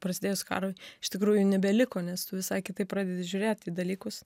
prasidėjus karui iš tikrųjų nebeliko nes tu visai kitaip pradedi žiūrėt į dalykus